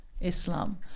Islam